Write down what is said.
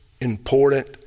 important